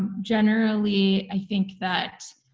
generally, i think that